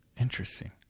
Interesting